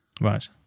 right